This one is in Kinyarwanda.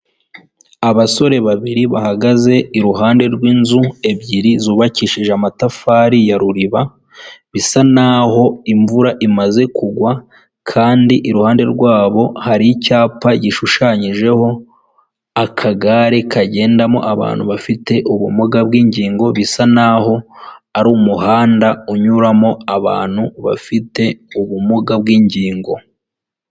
Icyumba kigaragara nkaho hari ahantu bigira ikoranabuhanga, hari abagabo babiri ndetse hari n'undi utari kugaragara neza, umwe yambaye ishati y'iroze undi yambaye ishati y'umutuku irimo utubara tw'umukara, imbere yabo hari amaterefoni menshi bigaragara ko bari kwihugura.